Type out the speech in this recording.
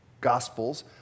Gospels